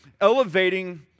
elevating